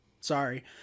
Sorry